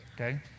Okay